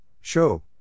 show